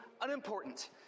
unimportant